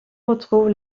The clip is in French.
retrouve